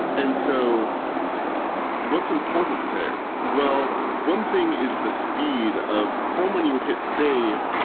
and so what's important there? well, one thing is the speed of from when you hit save,